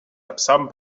absents